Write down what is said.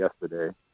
yesterday